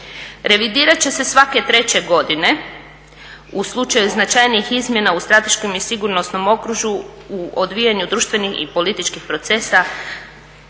Revidirati će se svake 3. godine. U slučaju značajnijih izmjena u strateškim i sigurnosnom okružju u odvijanju društvenih i političkih procesa